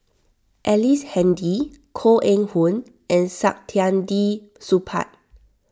Ellice Handy Koh Eng Hoon and Saktiandi Supaat